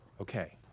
Okay